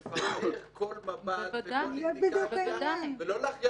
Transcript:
לברר כל מב"ד וכל אינדיקציה ולא להכריע